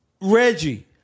Reggie